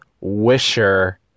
Wisher